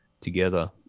together